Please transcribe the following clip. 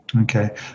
Okay